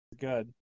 Good